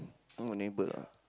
oh neighbour lah